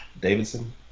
Davidson